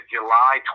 July